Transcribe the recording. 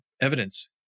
evidence